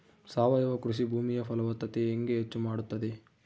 ಸಾವಯವ ಕೃಷಿ ಭೂಮಿಯ ಫಲವತ್ತತೆ ಹೆಂಗೆ ಹೆಚ್ಚು ಮಾಡುತ್ತದೆ?